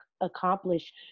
accomplish